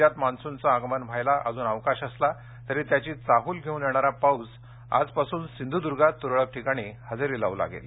राज्यात मान्सूनचं आगमन व्हायला अजून अवकाश असला तरी त्याची चाहूल घेऊन येणारा पाऊस आजपासून सिंधुदुर्गात तुरळक ठिकाणी हजेरी लावू लागेल